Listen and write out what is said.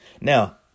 Now